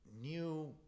new